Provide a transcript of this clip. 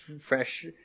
fresh